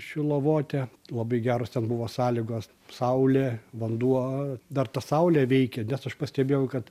šilavotę labai geros ten buvo sąlygos saulė vanduo dar ta saulė veikia nes aš pastebėjau kad